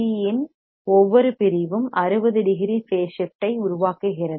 யின்RC ஒவ்வொரு பிரிவும் 60 degree phase shift ஐ உருவாக்குகிறது